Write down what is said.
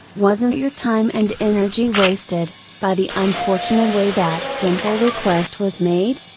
wasn't your time and energy wasted, by the unfortunate way that simple request was made?